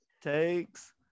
takes